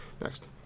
next